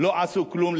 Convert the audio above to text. לא עשו כלום.